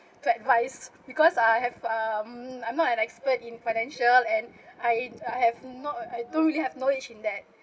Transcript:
to advice because I have um I'm not an expert in financial and I I have not I don't really have knowledge in that